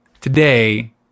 today